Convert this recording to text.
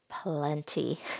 plenty